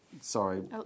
Sorry